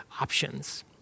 options